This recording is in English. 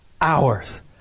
hours